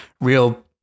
real